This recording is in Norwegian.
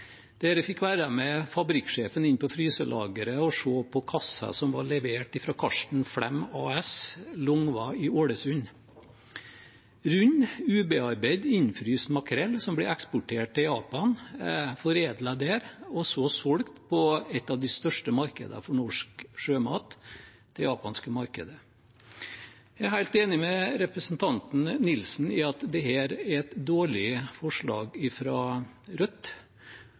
der vi fikk være med fabrikksjefen inn på fryselageret og se kasser som var levert av Karsten Flem AS, Longva i Ålesund – rund, ubearbeidet, innfryst makrell som blir eksportert til Japan, foredlet der og så solgt på et av de største markedene for norsk sjømat, det japanske markedet. Jeg er helt enig med representanten Nilsen i at dette er et dårlig forslag fra Rødt,